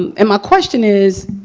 and my question is,